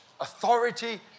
authority